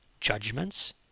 judgments